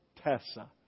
Tessa